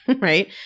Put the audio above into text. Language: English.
right